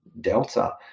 delta